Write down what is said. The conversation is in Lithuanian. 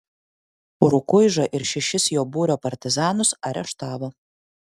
rukuižą ir šešis jo būrio partizanus areštavo